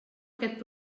aquest